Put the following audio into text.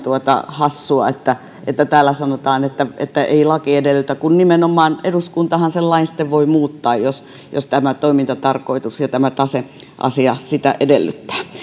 hassua että että täällä sanotaan että että ei laki edellytä kun nimenomaan eduskuntahan sen lain sitten voi muuttaa jos jos tämä toimintatarkoitus ja tämä taseasia sitä edellyttävät